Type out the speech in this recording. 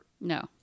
no